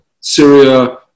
Syria